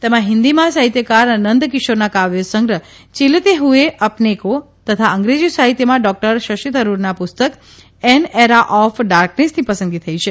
તેમાંહિન્દીમાં સાહિત્યકાર નંદકિશોરના કાવ્યસંગ્રહ ચિલતે હૂએ અપને કો તથા અંગ્રેજી સાહિત્યમાં ડોકટર શશી થરૂરના પુસ્તક એન એરા ઓફ ડાર્કનેસની પસંદગી થઇ છે